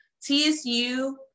TSU